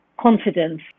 confidence